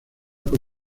por